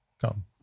come